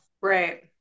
Right